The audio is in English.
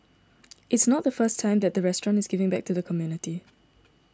it's not the first time that the restaurant is giving back to the community